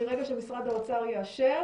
מרגע שמשרד האוצר יאשר